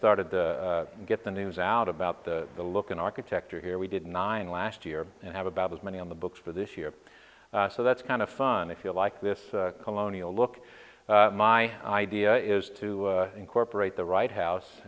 started to get the news out about the the look in architecture here we did nine last year and have about as many on the books for this year so that's kind of fun if you like this colonial look my idea is to incorporate the right house